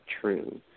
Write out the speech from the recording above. true